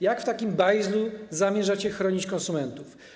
Jak w takim bajzlu zamierzacie chronić konsumentów?